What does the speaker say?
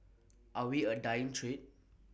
are we A dying trade